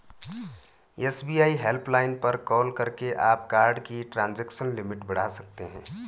SBI helpline पर call करके आप कार्ड की ट्रांजैक्शन लिमिट बढ़ा सकते हैं